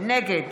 נגד